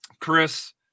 Chris